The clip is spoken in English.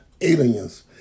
aliens